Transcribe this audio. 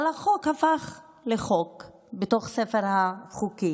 אבל החוק הפך לחוק בתוך ספר החוקים,